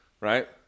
Right